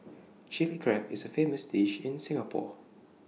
Chilli Crab is A famous dish in Singapore